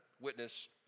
witness